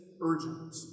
urgent